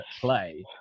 play